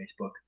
Facebook